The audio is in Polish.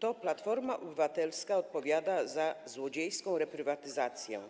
To Platforma Obywatelska odpowiada za złodziejską reprywatyzację,